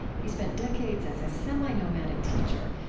he spent decades as a semi-nomadic teacher,